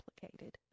complicated